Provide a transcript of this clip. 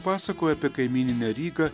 pasakoja apie kaimyninę rygą